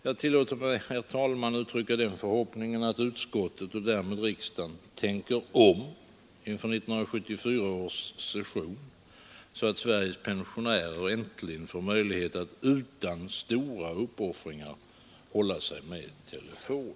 Jag tillåter mig uttrycka den förhoppningen att utskottet och därmed riksdagen tänker om inför 1974 års session, så att Sveriges pensionärer äntligen får möjlighet att utan stora uppoffringar hålla sig med telefon.